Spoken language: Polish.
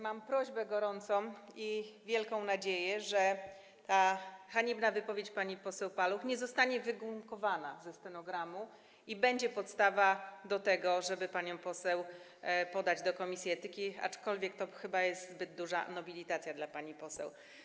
Mam gorącą prośbę - i wielką nadzieję - żeby ta haniebna wypowiedź pani poseł Paluch nie została wygumkowana ze stenogramu i była podstawą do tego, żeby panią poseł podać do komisji etyki, aczkolwiek to chyba jest zbyt duża nobilitacja dla pani poseł.